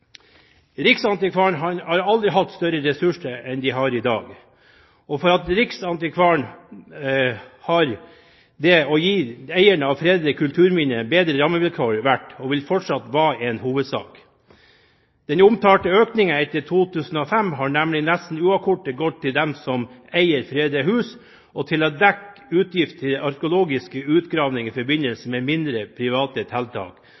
enn han har i dag. Og for riksantikvaren har det å gi eieren av fredede kulturminner bedre rammevilkår vært – og skal fortsatt være – en hovedsak. Den omtalte økningen etter 2005 har nemlig nesten uavkortet gått til dem som eier fredede hus, og til å dekke utgifter til arkeologiske utgravinger i forbindelse med mindre, private tiltak,